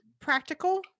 practical